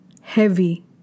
Heavy